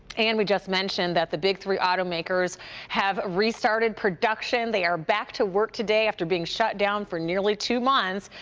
and we just mentioned that the big three automakers have restarted production. they are back to work today after being shut down for nearly two months.